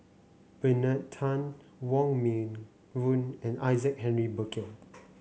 Bernard Tan Wong Meng Voon and Isaac Henry Burkill